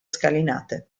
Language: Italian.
scalinate